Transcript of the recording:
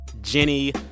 Jenny